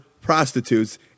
prostitutes